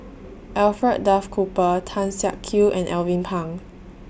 Alfred Duff Cooper Tan Siak Kew and Alvin Pang